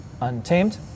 Untamed